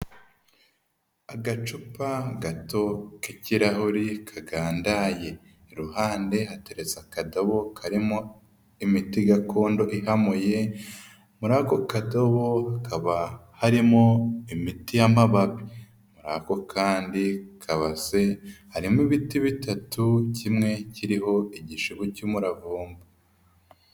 Agacupa gato k'ikirahure kagandaye, iruhande hateretse akadobo karimo imiti gakondo ihamuye, muri ako kadobo hakaba harimo imiti y'amababi, muri ako kandi kabase harimo ibiti bitatu, kimwe kiriho igishibo cy'umuravumba.